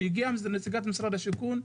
שהגיעה נציגת משרד השיכון,